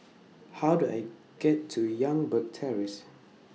How Do I get to Youngberg Terrace